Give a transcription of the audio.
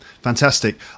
Fantastic